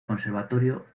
conservatorio